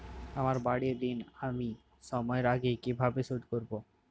আমার বাড়ীর ঋণ আমি সময়ের আগেই কিভাবে শোধ করবো?